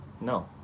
No